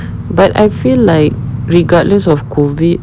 but I feel like regardless of COVID